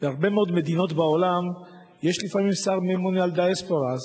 בהרבה מאוד מדינות בעולם יש לפעמים שר שממונה על דיאספורה,